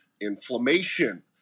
inflammation